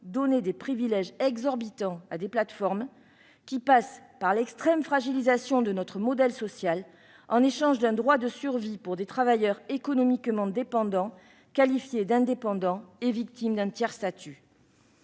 donner des privilèges exorbitants à des plateformes, ce qui passe par l'extrême fragilisation de notre modèle social, en échange d'un droit de survie pour des travailleurs économiquement dépendants, qualifiés d'indépendants et victimes d'un tiers-statut.